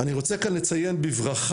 אני רוצה כאן לציין בברכה,